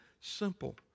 simple